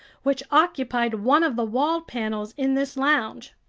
which occupied one of the wall panels in this lounge.